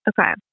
Okay